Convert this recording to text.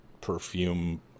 perfume